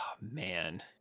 man